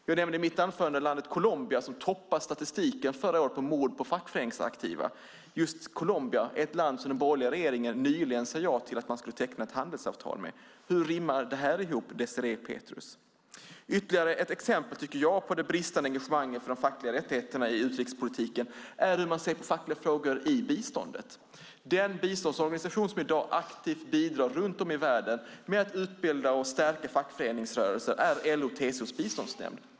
Jag nämnde i mitt anförande landet Colombia, som toppade statistiken förra året på mord på fackföreningsaktiva. Just Colombia är ett land som den borgerliga regeringen nyligen sade ja till att teckna handelsavtal med. Hur rimmar det, Désirée Pethrus? Ytterligare ett exempel på det bristande engagemanget för de fackliga rättigheterna i utrikespolitiken är hur man ser på fackliga frågor i biståndet. Den biståndsorganisation som i dag aktivt bidrar runt om i världen med att utbilda och stärka fackföreningsrörelsen är LO-TCO Biståndsnämnd.